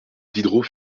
diderot